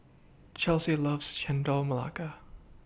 Chelsie loves Chendol Melaka